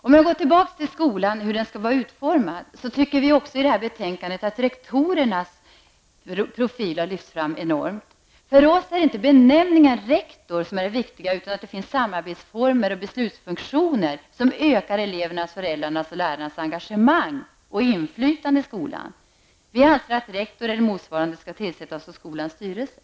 Jag skall gå tillbaka till skolans utformning. Vi tycker att rektorernas profil har lyfts fram enormt i det här betänkandet. För oss är inte benämningen rektor viktig utan att det finns samarbetsformer och beslutsfunktioner som ökar elevernas, föräldrarnas och lärarnas engagemang och inflytande i skolan. Vi anser att rektor eller motsvarande skall tillsättas av skolans styrelse.